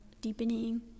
deepening